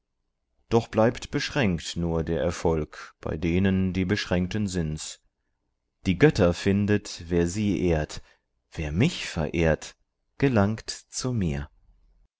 doch bleibt beschränkt nur der erfolg bei denen die beschränkten sinns die götter findet wer sie ehrt wer mich verehrt gelangt zu mir